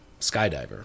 skydiver